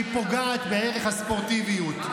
שהיא פוגעת בערך הספורטיביות.